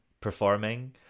performing